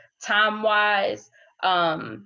time-wise